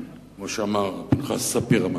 כמו שאמר פנחס ספיר המנוח.